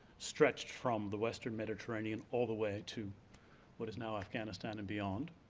stretched from the western mediterranean all the way to what is now afghanistan and beyond.